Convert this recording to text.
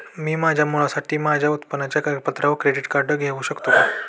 मी माझ्या मुलासाठी माझ्या उत्पन्नाच्या कागदपत्रांवर क्रेडिट कार्ड घेऊ शकतो का?